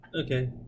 okay